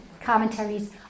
commentaries